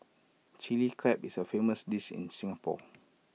Chilli Crab is A famous dish in Singapore